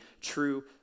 true